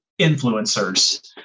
influencers